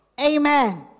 Amen